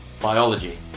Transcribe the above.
biology